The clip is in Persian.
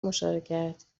مشارکت